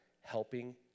helping